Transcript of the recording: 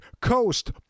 Coast